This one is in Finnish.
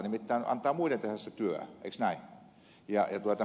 nimittäin antaa muiden tehdä se työ eikö näin